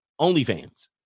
OnlyFans